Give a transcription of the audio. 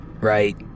right